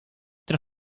tras